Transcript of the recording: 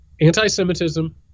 anti-Semitism